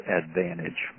advantage